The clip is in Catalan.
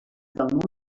del